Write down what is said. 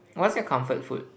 what's your comfort food